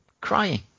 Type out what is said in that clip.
crying